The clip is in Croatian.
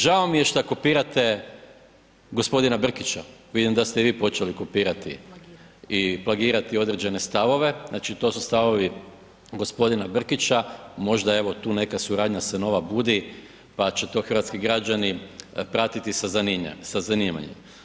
Žao mi je šta kopirate gospodina Brkića, vidim da ste i vi počeli kopirati i plagirati određene stavove, znači to su stavovi gospodina Brkića, možda evo tu neka suradnja se nova budi pa će to hrvatski građani pratiti sa zanimanjem.